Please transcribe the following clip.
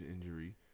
injury